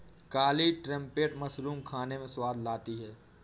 काली trumpet mushroom खाने में स्वाद लाती है